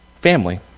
family